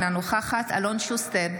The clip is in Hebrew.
אינה נוכחת אלון שוסטר,